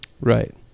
Right